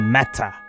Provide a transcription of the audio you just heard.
matter